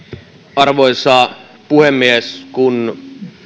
arvoisa puhemies kun